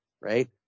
right